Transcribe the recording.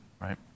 right